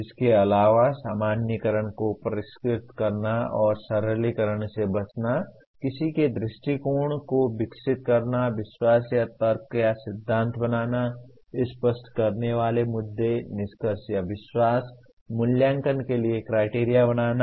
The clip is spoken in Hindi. इसके अलावा सामान्यीकरण को परिष्कृत करना और सरलीकरण से बचना किसी के दृष्टिकोण को विकसित करना विश्वास या तर्क या सिद्धांत बनाना स्पष्ट करने वाले मुद्दे निष्कर्ष या विश्वास मूल्यांकन के लिए क्राइटेरिया बनाना